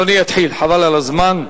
חבל על הזמן.